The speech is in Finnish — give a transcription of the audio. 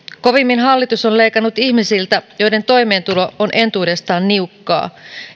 kovimmin hallitus on leikannut ihmisiltä joiden toimeentulo on entuudestaan niukkaa